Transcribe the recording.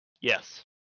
Yes